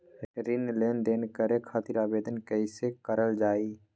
ऋण लेनदेन करे खातीर आवेदन कइसे करल जाई?